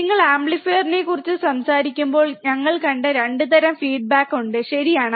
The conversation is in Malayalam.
നിങ്ങൾ ആംപ്ലിഫയറിനെക്കുറിച്ച് സംസാരിക്കുമ്പോൾ ഞങ്ങൾ കണ്ട 2 തരം ഫീഡ്ബാക്ക് ഉണ്ട് ശരിയാണ്